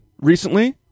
recently